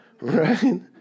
Right